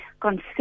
consider